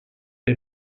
est